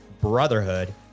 brotherhood